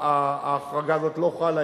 ההחלטה הזאת לא חלה.